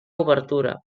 obertura